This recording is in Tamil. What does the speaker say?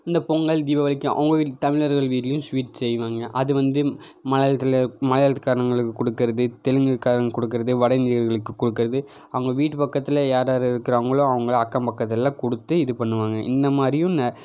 இந்த பொங்கல் தீபாவளிக்கு அவங்க வீடு தமிழர்கள் வீட்லேயும் சுவீட் செய்வாங்க அது வந்து மலையாளத்தில் மலையாளத்துகாரங்களுக்கு கொடுக்கறது தெலுங்குகாரங்களுக்கு கொடுக்கறது வட இந்தியர்களுக்கு கொடுக்கறது அவங்க வீட்டு பக்கத்தில் யார் யார் இருக்கிறாங்களோ அவங்கள அக்கம் பக்கத்தில் எல்லாம் கொடுத்து இது பண்ணுவாங்க இந்த மாதிரியும்